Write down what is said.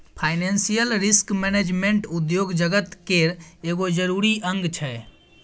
financial risk management उद्योग जगत केर एगो जरूरी अंग छै